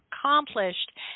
accomplished